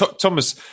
Thomas